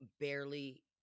barely